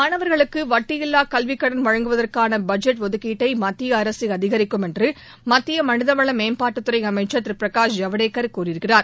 மாணவர்களுக்கு வட்டியில்லா கல்விக்கடன் வழங்குவதற்கான பட்ஜெட் ஒதுக்கீட்டை மத்திய அரசு அதிகிக்கும் என்று மத்திய மனிதவள மேம்பாட்டுத் துறை அமைச்சள் திரு பிரகாஷ் ஜவ்டேக்கள் கூறியிருக்கிறார்